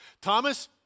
Thomas